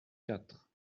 quatre